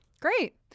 Great